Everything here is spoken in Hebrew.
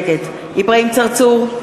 נגד אברהים צרצור,